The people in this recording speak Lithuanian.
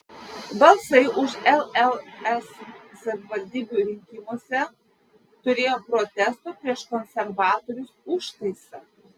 balsai už lls savivaldybių rinkimuose turėjo protesto prieš konservatorius užtaisą